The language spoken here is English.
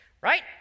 right